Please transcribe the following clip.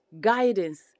guidance